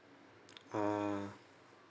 ah